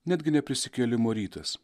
netgi ne prisikėlimo rytas